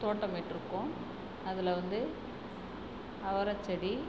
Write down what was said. தோட்டமிட்டிருக்கோம் அதில் வந்து அவரைச்செடி